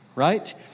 Right